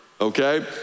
okay